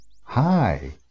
Hi